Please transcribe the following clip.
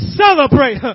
celebrate